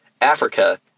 Africa